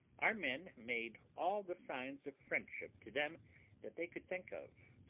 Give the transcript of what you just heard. our men made all the signs of friendship to them that they could think of,